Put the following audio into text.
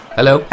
Hello